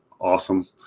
awesome